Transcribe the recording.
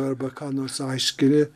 arba ką nors aiškini